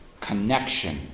connection